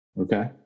Okay